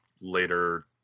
later